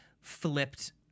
flipped